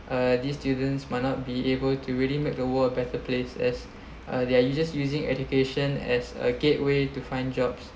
uh these students might not be able to really make the world a better place as uh they are just using education as a gateway to find jobs